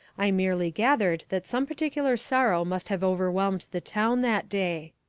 i merely gathered that some particular sorrow must have overwhelmed the town that day.